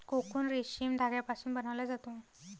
cocoon रेशीम धाग्यापासून बनवला जातो